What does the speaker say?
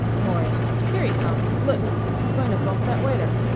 maury here he comes. look he's going to bump that waiter.